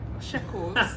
shekels